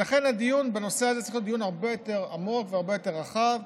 ולכן הדיון בנושא הזה צריך להיות דיון הרבה יותר עמוק והרבה יותר רחב: